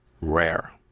rare